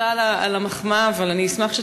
תודה על המחמאה, אבל אני אשמח שתתמוך,